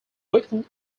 written